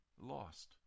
lost